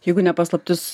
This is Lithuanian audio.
jeigu ne paslaptis